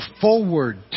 forward